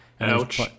Ouch